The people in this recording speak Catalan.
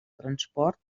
transport